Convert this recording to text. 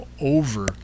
over